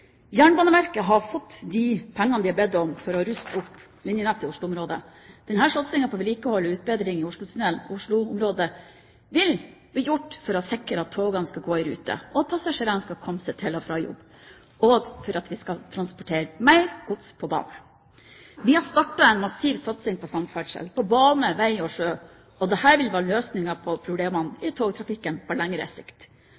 Jernbaneverket har fått de pengene de har bedt om for å ruste opp linjenettet i Oslo-området. Denne satsingen på vedlikehold og utbedring i Oslotunnelen og Osloområdet vil bli gjort for å sikre at togene skal gå i rute, for at passasjerene skal komme seg til og fra jobb, og for at vi skal transportere mer gods på bane. Vi har startet en massiv satsing på samferdsel, på bane, vei og sjø, og dette vil være løsningen på problemene